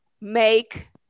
make